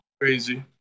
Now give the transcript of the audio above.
crazy